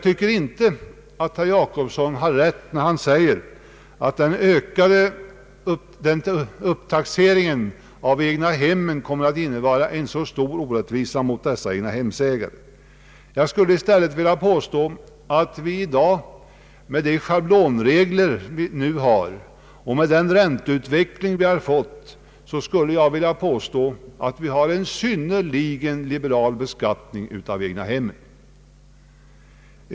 Herr Jacobsson har inte rätt när han säger att upptaxeringen av egnahemmen kommer att innebära en stor orättvisa mot egnahemsägarna. Jag skulle i stället vilja påstå att vi i dag med de schablonregler vi nu har och med den ränteutveckling vi har fått har en synnerligen liberal beskattning av egnahemmen.